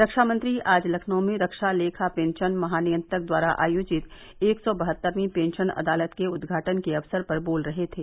रक्षा मंत्री आज लखनऊ में रक्षा लेखा पेंशन महानियंत्रक द्वारा आयोजित एक सौ बहत्तरवीं पेंशन अदालत के उद्घाटन के अवसर पर बोल रहे थे